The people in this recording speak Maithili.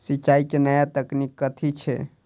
सिंचाई केँ नया तकनीक कथी छै?